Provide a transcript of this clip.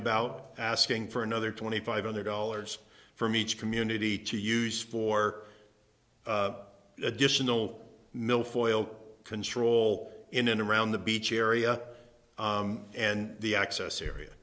about asking for another twenty five hundred dollars from each community to use for additional milfoil control in and around the beach area and the access area